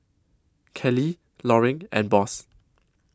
Kelly Loring and Boss